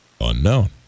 Unknown